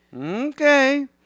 Okay